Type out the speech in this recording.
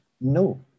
no